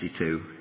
1962